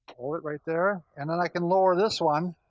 hold it right there, and then i can lower this one.